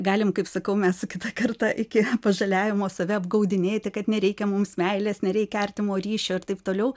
galim kaip sakau mes kitą kartą iki pažaliavimo save apgaudinėti kad nereikia mums meilės nereikia artimo ryšio ir taip toliau